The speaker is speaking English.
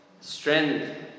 strength